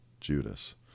Judas